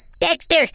Dexter